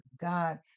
God